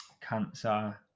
cancer